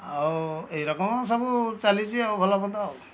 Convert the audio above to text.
ଆଉ ଏଇରକମ ସବୁ ଚାଲିଛି ଆଉ ଭଲମନ୍ଦ ଆଉ